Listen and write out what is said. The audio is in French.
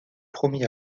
promis